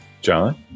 John